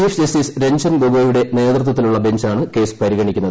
chief justice Ranjan ഗോഗൊയ്യുടെ നേതൃത്വത്തിലുള്ള ബഞ്ചാണ് കേസ് പരിഗണിക്കുന്നത്